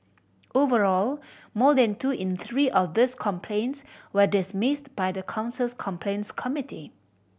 overall more than two in three of these complaints were dismissed by the council's complaints committee